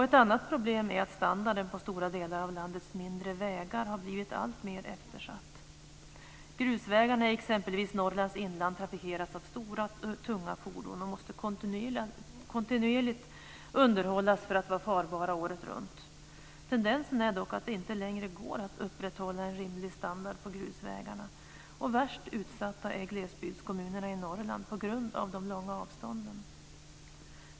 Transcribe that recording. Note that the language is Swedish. Ett annat problem är att standarden på stora delar av landets mindre vägar har blivit alltmer eftersatt. Grusvägarna i exempelvis Norrlands inland trafikeras av stora och tunga fordon, och de måste kontinuerligt underhållas för att vara farbara året runt. Tendensen är dock att det inte längre går att upprätthålla en rimlig standard på grusvägarna. Värst utsatta är glesbygdskommunerna i Norrland, på grund av de långa avstånden.